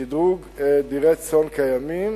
שדרוג דירי צאן קיימים.